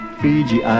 fiji